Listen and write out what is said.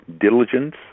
diligence